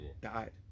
died